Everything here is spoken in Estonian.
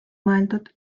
mõeldud